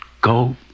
go